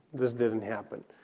this didn't happen.